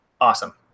awesome